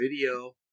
video